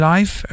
Life